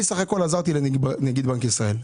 אני סך הכול עזרתי לנגיד בנק ישראל.